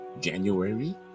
January